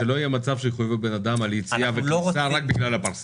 כלומר שלא יהיה מקרה שיחייבו אדם על יציאה וכניסה רק בגלל הפרסה.